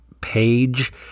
page